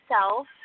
self